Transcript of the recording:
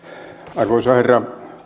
arvoisa herra